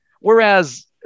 Whereas